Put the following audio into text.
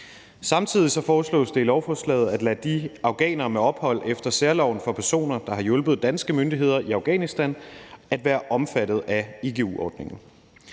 Samtidig foreslås det i lovforslaget at lade de afghanere med ophold efter særloven for personer, der har hjulpet danske myndigheder i Afghanistan, være omfattet af igu-ordningen.